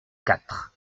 quatre